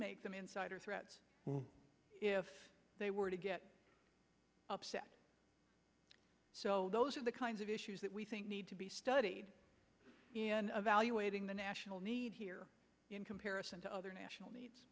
make them insider threats if they were to get upset so those are the kinds of issues that we think need to be studied in evaluating the national need here in comparison to other national needs